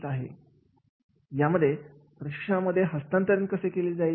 आहे यामध्ये प्रशिक्षणामध्ये हस्तांतरण कसे केले जाईल